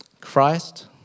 Christ